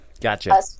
Gotcha